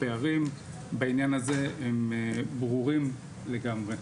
הפערים בעניין הזה הם ברורים לגמרי.